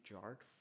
chart